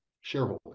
shareholder